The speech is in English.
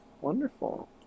Wonderful